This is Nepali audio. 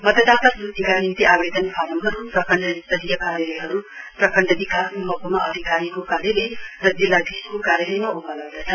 मतदाता सूचीका निम्ति आवेदन फारमहरु प्रखण्ड स्तरीय कार्यालयहरु प्रखण्ड विकास महक्मा अधिकारीको कार्यालय र जिल्लाधीशको कार्यालयमा उपलब्ध छन्